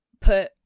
put